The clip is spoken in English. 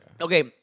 Okay